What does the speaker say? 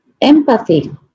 Empathy